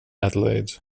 adelaide